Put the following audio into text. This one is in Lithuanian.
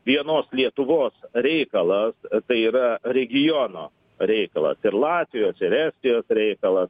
vienos lietuvos reikalas tai yra regiono reikalas ir latvijos ir estijos reikalas